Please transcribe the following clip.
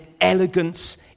elegance